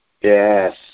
Yes